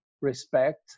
respect